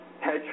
hedge